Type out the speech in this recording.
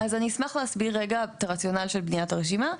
אז אני אשמח להסביר רגע את הרציונל של בניית הרשימה.